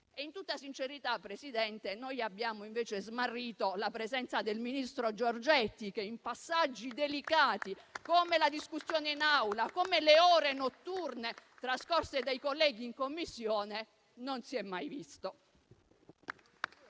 In tutta sincerità, Presidente, noi abbiamo invece smarrito la presenza del ministro Giorgetti che in passaggi delicati, come la discussione in Assemblea o le ore notturne trascorse dai colleghi in Commissione, non si è mai visto.